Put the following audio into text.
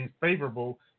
favorable